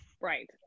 Right